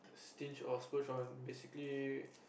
sting or splurge on basically